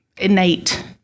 innate